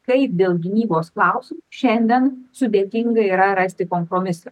kaip dėl gynybos klausimų šiandien sudėtinga yra rasti kompromisą